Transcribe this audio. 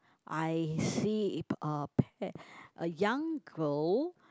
I see it pet uh pet a young girl